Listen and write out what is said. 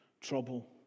trouble